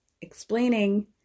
Explaining